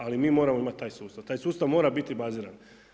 Ali mi moramo imati taj sustav, taj sustav mora biti baziran.